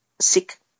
sick